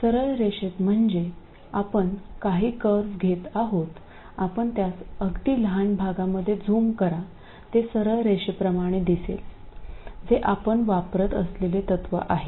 सरळ रेषेत म्हणजे आपण काही कर्व घेत आहोत आपण त्यास अगदी लहान भागामध्ये झूम करा ते सरळ रेषाप्रमाणे दिसेल जे आपण वापरत असलेले तत्व आहे